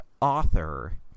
author